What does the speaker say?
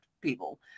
people